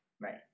Right